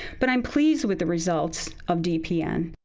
but i'm pleased with the results of dpn,